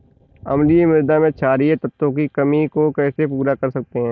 अम्लीय मृदा में क्षारीए तत्वों की कमी को कैसे पूरा कर सकते हैं?